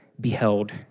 beheld